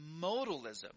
modalism